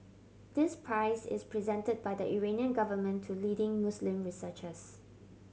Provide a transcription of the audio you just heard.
this prize is presented by the Iranian government to leading Muslim researchers